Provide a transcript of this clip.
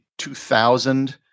2000